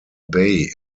bay